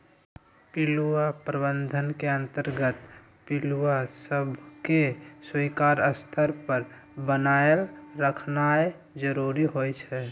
पिलुआ प्रबंधन के अंतर्गत पिलुआ सभके स्वीकार्य स्तर पर बनाएल रखनाइ जरूरी होइ छइ